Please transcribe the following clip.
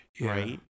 right